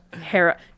Hera